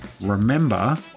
remember